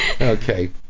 Okay